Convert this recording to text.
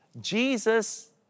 Jesus